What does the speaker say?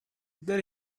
there